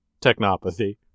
technopathy